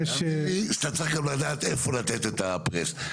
תאמין לי שאתה צריך גם לדעת איפה לתת את הלחץ,